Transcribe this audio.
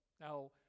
Now